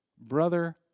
Brother